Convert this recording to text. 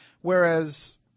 whereas